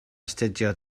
astudio